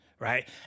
Right